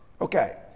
Okay